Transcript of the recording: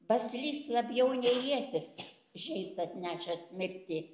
baslys labiau nei ietis žeis atnešęs mirtį